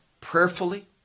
prayerfully